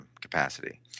capacity